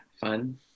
fun